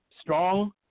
strong